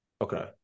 Okay